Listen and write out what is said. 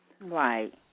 Right